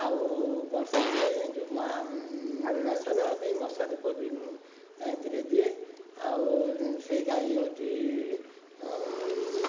ଆଉ ବର୍ଷା ଦିନେ ଯେଉଁ ମଶା ନହେବା ପାଇଁ ମଶାଧୂପ ବି ମୁଁ ରାତିରେ ଦିଏ ଆଉ ସେହି ଗାଈ ହେଉଛି